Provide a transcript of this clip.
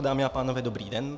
Dámy a pánové, dobrý den.